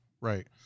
Right